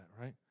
right